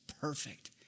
perfect